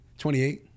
28